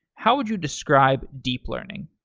how would you describe deep learning?